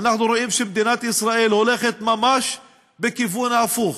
אנחנו רואים שמדינת ישראל הולכת ממש בכיוון ההפוך,